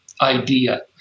idea